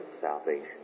salvation